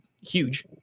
huge